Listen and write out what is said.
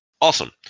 Awesome